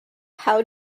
how